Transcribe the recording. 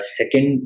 second